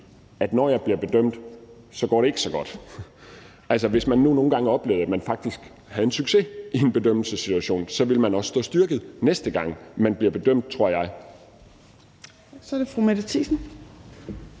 at når man bliver dømt, så går det ikke så godt. Altså, hvis man nu nogle gange faktisk oplevede en succes i en bedømmelsessituation, så ville man også stå mere styrket, næste gang man bliver bedømt, tror jeg. Kl. 11:59 Tredje